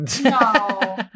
No